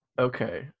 Okay